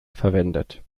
verwendet